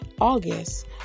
August